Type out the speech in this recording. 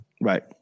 Right